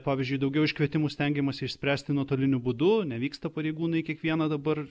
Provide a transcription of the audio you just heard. pavyzdžiui daugiau iškvietimų stengiamasi išspręsti nuotoliniu būdu nevyksta pareigūnai kiekvieną dabar